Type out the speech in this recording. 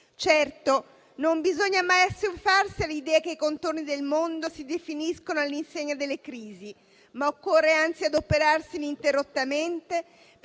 Certo, non bisogna mai assuefarsi all'idea che i contorni del mondo si definiscano all'insegna delle crisi, ma occorre anzi adoperarsi ininterrottamente per